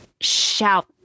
shout